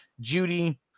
Judy